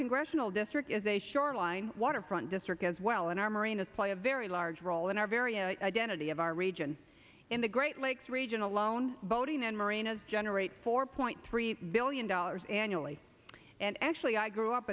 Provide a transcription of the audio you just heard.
congressional district is a shoreline waterfront district as well in our marinas play a very large role in our very identity of our region in the great lakes region alone boating and marine generate four point three billion dollars annually and actually i grew up